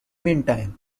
meantime